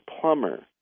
plumber